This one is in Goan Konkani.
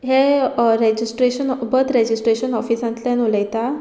हे रेजिस्ट्रेशन बर्थ रॅजिस्ट्रेशन ऑफिसांतल्यान उलयता